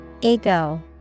Ego